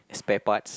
spare parts